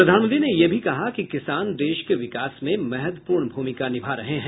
प्रधानमंत्री ने यह भी कहा कि किसान देश के विकास में महत्वपूर्ण भूमिका निभा रहे हैं